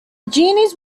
genies